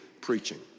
preaching